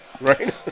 right